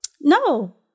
No